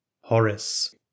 Horace